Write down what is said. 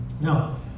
Now